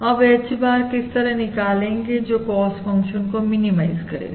अब H bar किस तरह निकालेंगे जो कॉस्ट फंक्शन को मिनिमाइज करेगा